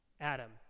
Adam